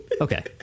Okay